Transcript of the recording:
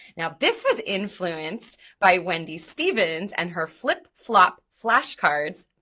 now this was influenced by wendy stevens and her flip-flop flashcards.